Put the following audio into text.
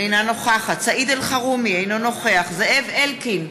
אינה נוכחת סעיד אלחרומי, אינו נוכח זאב אלקין,